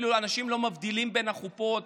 אנשים אפילו לא מבדילים בין החופות.